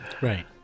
right